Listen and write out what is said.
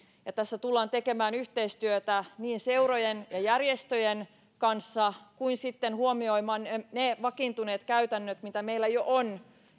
tässä tullaan tekemään yhteistyötä seurojen ja järjestöjen kanssa kuin myös huomioimaan ne vakiintuneet käytännöt mitä meillä jo on